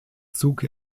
zog